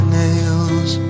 nails